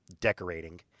decorating